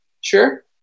Sure